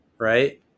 Right